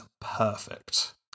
perfect